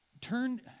Turn